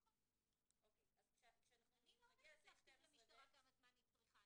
אני לא אגיד למשטרה כמה זמן היא צריכה,